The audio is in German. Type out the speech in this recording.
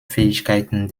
fähigkeiten